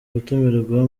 gutumirwa